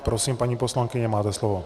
Prosím, paní poslankyně, máte slovo.